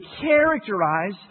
characterize